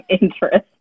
interest